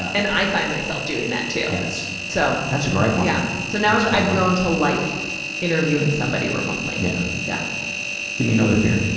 and i find myself doing that, too. yes. so that's a great one. yeah so, now i've, i've grown to like interviewing somebody remotely. yeah. yeah give me another fear.